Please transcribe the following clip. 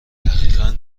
دقیقا